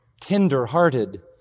tender-hearted